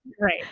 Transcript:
Right